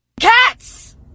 cats